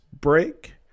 break